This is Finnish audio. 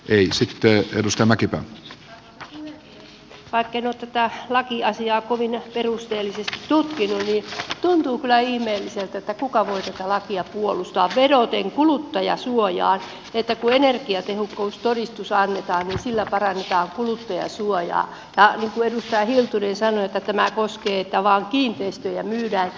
vaikka en ole tätä lakiasiaa kovin perusteellisesti tutkinut tuntuu kyllä ihmeelliseltä kuka voi tätä lakia puolustaa vedoten kuluttajansuojaan että kun energiatehokkuustodistus annetaan niin sillä parannetaan kuluttajansuojaa niin kuin edustaja hiltunen sanoi että tämä koskee vain sitä että kiinteistöjä myydään